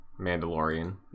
Mandalorian